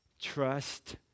Trust